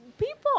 People